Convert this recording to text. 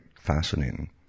fascinating